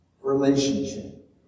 relationship